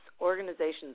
organizations